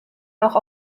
auch